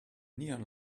neon